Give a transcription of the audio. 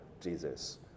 Jesus